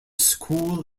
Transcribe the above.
school